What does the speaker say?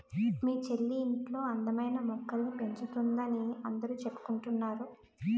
మీ చెల్లి ఇంట్లో అందమైన మొక్కల్ని పెంచుతోందని అందరూ చెప్పుకుంటున్నారు